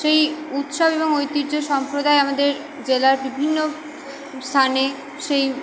সেই উৎসব এবং ঐতিহ্য সম্প্রদায় আমাদের জেলার বিভিন্ন স্থানে সেই